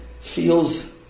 feels